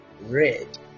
red